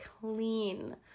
clean